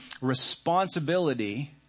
responsibility